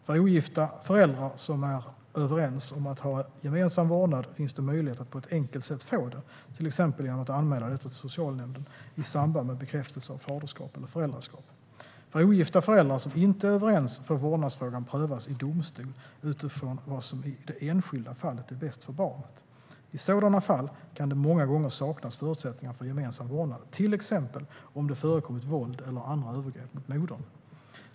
För ogifta föräldrar som är överens om att ha gemensam vårdnad finns det möjlighet att på ett enkelt sätt få detta, till exempel genom att anmäla detta till socialnämnden i samband med bekräftelse av faderskap eller föräldraskap. För ogifta föräldrar som inte är överens får vårdnadsfrågan prövas i domstol utifrån vad som i det enskilda fallet är bäst för barnet. I sådana fall kan det många gånger saknas förutsättningar för gemensam vårdnad, till exempel om det förekommit våld eller andra övergrepp mot modern.